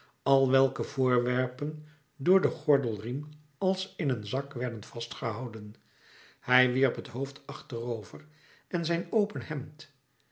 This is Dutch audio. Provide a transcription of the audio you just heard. al welke voorwerpen door den gordelriem als in een zak werden vastgehouden hij wierp het hoofd achterover en zijn open hemd